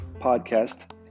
podcast